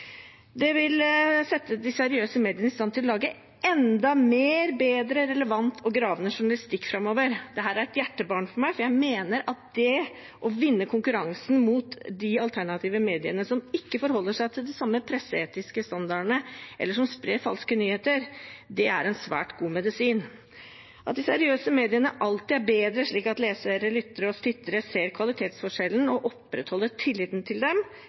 Det vil sette de seriøse mediene i stand til å lage enda mer, bedre, relevant og gravende journalistikk framover. Dette er et hjertebarn for meg, for jeg mener at det å vinne konkurransen mot de alternative mediene som ikke forholder seg til de samme presseetiske standardene, eller som sprer falske nyheter, er svært god medisin. At de seriøse mediene alltid er bedre, slik at lesere, lyttere og tittere ser kvalitetsforskjellen og opprettholder tilliten til dem,